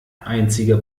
einzige